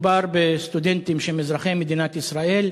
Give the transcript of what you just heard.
מדובר בסטודנטים שהם אזרחי מדינת ישראל.